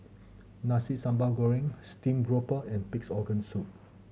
Nasi Sambal Goreng steamed grouper and Pig's Organ Soup